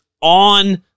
on